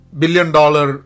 billion-dollar